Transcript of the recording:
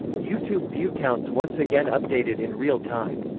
youtube view counts once again updated in real time.